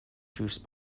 juice